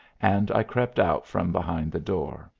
and i crept out from behind the door.